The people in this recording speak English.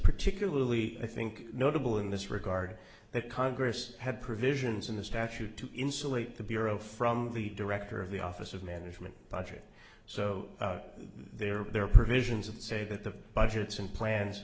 particularly i think notable in this regard that congress had provisions in the statute to insulate the bureau from the director of the office of management budget so there are provisions of the say that the budgets and plans